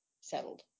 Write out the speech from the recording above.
settled